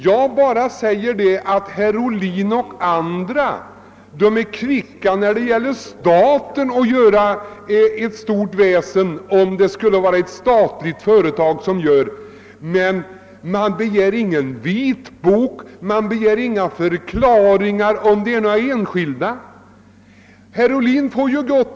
Jag säger bara att herr Ohlin och andra är kvicka med att föra stort väsen om statliga företag. Men man begär inte någon vitbok eller några förklaringar, om några enskilda företag gör förluster.